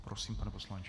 Prosím, pane poslanče.